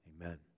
Amen